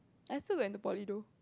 I still got into poly though